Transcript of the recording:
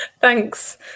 Thanks